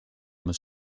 muss